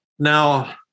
Now